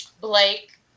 Blake